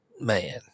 man